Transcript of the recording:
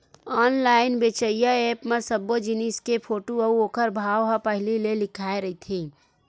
online बेचइया app म सब्बो जिनिस के फोटू अउ ओखर भाव ह पहिली ले लिखाए रहिथे